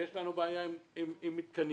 ויש לנו בעיה עם מתקנים.